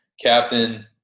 captain